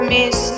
Miss